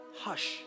hush